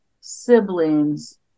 siblings